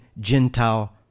Gentile